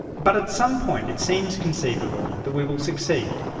but at some point it seems conceivable that we will succeed,